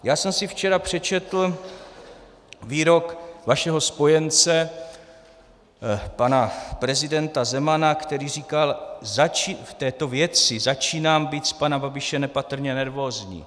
Já jsem si včera přečetl výrok vašeho spojence pana prezidenta Zemana, který říkal: v této věci začínám být z pana Babiše nepatrně nervózní.